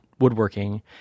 woodworking